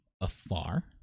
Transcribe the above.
afar